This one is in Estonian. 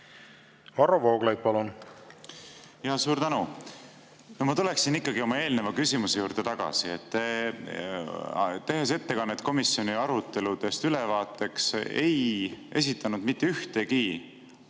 Varro Vooglaid, palun! Suur tänu! Ma tulen ikkagi oma eelneva küsimuse juurde tagasi. Tehes ettekannet, esitades komisjoni aruteludest ülevaadet, ei esitanud te mitte ühtegi